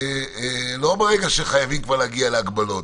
לא ברגע שחייבים כבר להגיע להגבלות,